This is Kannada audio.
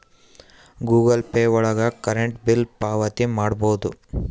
ಗೂಗಲ್ ಪೇ ಒಳಗ ಕರೆಂಟ್ ಬಿಲ್ ಪಾವತಿ ಮಾಡ್ಬೋದು